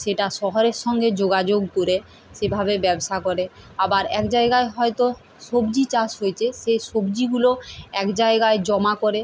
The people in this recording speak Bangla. সেটা শহরের সঙ্গে যোগাযোগ করে সেভাবে ব্যবসা করে আবার এক জায়গায় হয়তো সবজি চাষ হয়েছে সে সবজিগুলো এক জায়গায় জমা করে